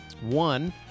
One